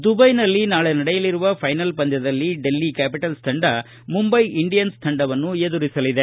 ದುಬೈನಲ್ಲಿ ನಾಳೆ ನಡೆಯಲಿರುವ ಫೈನಲ್ ಪಂದ್ಯದಲ್ಲಿ ಡೆಲ್ಲಿ ಕ್ಯಾಪಿಟಲ್ಸ್ ತಂಡ ಮುಂಬೈ ಇಂಡಿಯನ್ಸ್ ತಂಡವನ್ನು ಎದುರಿಸಲಿದೆ